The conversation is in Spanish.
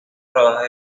rodaje